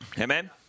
Amen